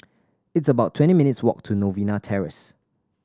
it's about twenty minutes' walk to Novena Terrace